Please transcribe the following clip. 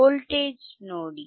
voltage ನೋಡಿ